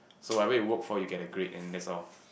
so I wait work for you get a grade and that's all